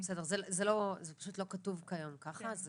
זה פשוט לא כתוב כיום ככה.